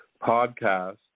Podcast